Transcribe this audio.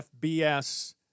FBS